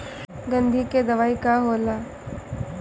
गंधी के दवाई का होला?